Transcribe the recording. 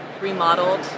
remodeled